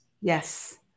Yes